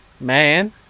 Man